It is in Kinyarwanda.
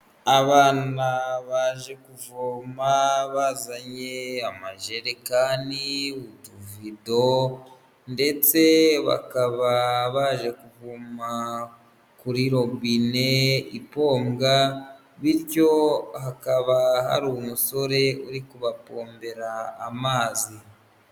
Abana baje kuvoma bazanye amajerekani, utuvido ndetse bakaba baje kuvoma kuri robine ipombwa, bityo hakaba hari umusore uri kubapombera amazi.